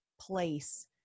place